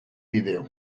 bideo